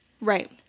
Right